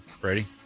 Brady